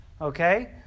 okay